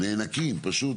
נאנקים, פשוט.